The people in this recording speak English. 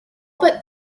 but